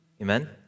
Amen